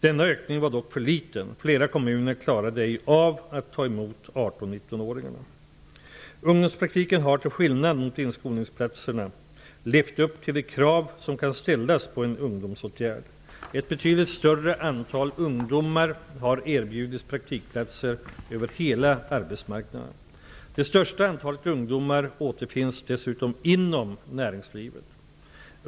Denna ökning var dock för liten. Flera kommuner klarade ej av att ta emot 18--19-åringarna. Ungdomspraktiken har, till skillnad mot inskolningsplatserna, levt upp till de krav som kan ställas på en ungdomsåtgärd. Ett betydligt större antal ungdomar har erbjudits praktikplatser över hela arbetsmarknaden. Det största antalet ungdomar återfinns dessutom inom näringslivet.